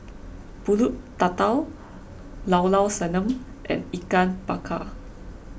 Pulut Tatal Llao Llao Sanum and Ikan Bakar